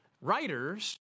writers